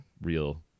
real